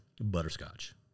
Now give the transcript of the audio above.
butterscotch